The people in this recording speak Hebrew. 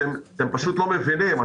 אתם לא מבינים.